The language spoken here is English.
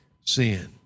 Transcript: sin